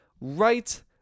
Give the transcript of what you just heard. right